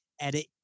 edit